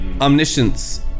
omniscience